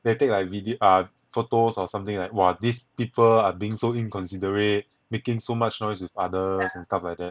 they take like video ah photos or something like !wah! these people are being so inconsiderate making so much noise with others and stuff like that